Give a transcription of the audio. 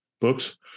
books